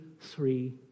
three